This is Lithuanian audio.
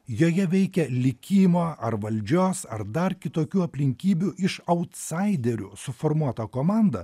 joje veikia likimo ar valdžios ar dar kitokių aplinkybių iš autsaiderių suformuota komanda